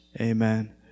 Amen